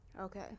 Okay